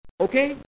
okay